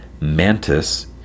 mantis